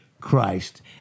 Christ